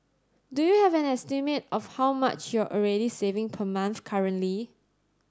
do you have an estimate of how much you're already saving per month currently